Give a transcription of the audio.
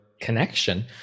connection